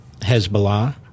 Hezbollah